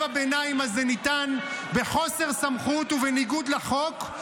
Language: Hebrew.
הביניים הזה ניתן בחוסר סמכות ובניגוד לחוק.